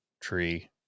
tree